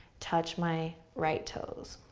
touch my right toes.